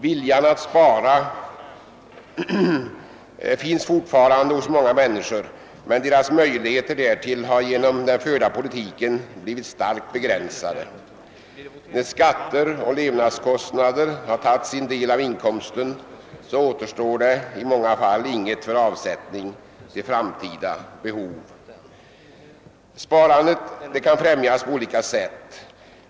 Viljan att spara finns fortfarande hos många människor, men deras möjligheter att spara har genom den förda politiken blivit starkt begränsade. När skatter och levnadskostnader tagit sin del av inkomsten återstår det i många fall ingenting för avsättning till framtida behov. Sparandet kan främjas på olika sätt.